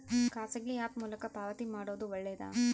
ಖಾಸಗಿ ಆ್ಯಪ್ ಮೂಲಕ ಪಾವತಿ ಮಾಡೋದು ಒಳ್ಳೆದಾ?